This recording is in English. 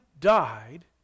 died